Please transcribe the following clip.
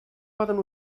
poden